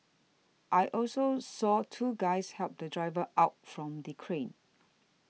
I also saw two guys help the driver out from the crane